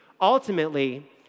Ultimately